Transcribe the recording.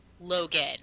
Logan